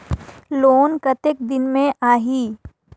Loan कतेक दिन मे आही?